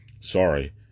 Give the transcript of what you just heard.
Sorry